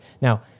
Now